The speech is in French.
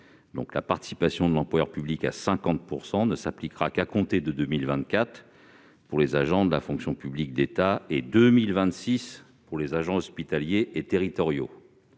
%. La participation obligatoire à 50 % ne s'appliquera qu'à compter de 2024 pour les agents de la fonction publique d'État et de 2026 pour les agents hospitaliers et territoriaux.